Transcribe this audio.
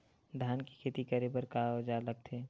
धान के खेती करे बर का औजार लगथे?